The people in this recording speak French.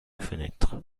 fenêtre